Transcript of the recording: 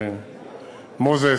מוזס